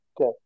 Okay